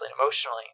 emotionally